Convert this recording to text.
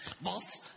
Boss